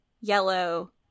yellow